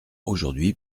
aujourd’hui